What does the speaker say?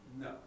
No